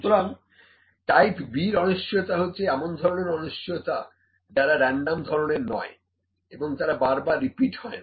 সুতরাং type B অনিশ্চয়তা হচ্ছে এমন ধরনের অনিশ্চয়তা যারা রেনডম ধরনের নয় এবং তারা বারবার রিপিট হয় না